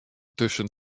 tusken